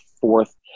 fourth